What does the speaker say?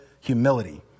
humility